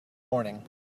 morning